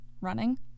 running